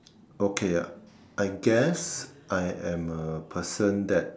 okay I guess I am a person that